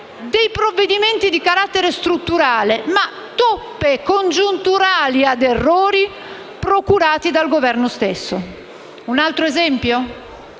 Un altro esempio